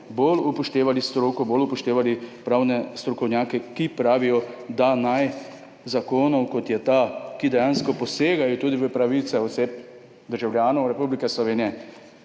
bolj upoštevali stroko, bolj upoštevali pravne strokovnjake, ki pravijo, da naj zakonov, kot je ta, ki dejansko posegajo tudi v pravice oseb, državljanov Republike Slovenije,